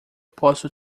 posso